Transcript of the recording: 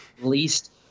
least